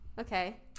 okay